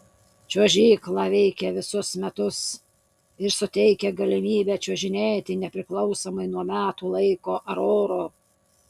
čiuožykla veikia visus metus ir suteikia galimybę čiuožinėti nepriklausomai nuo metų laiko ar oro